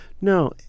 No